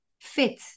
fit